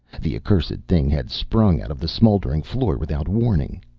the accursed thing had sprung out of the smoldering floor without warning.